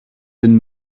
den